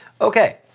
Okay